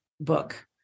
book